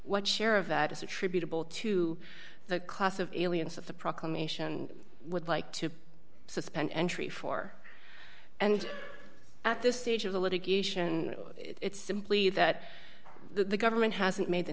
what share of that is attributable to the class of aliens that the proclamation would like to suspend entry for and at this stage of the litigation it's simply that the government hasn't made the